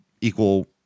equal